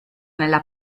nella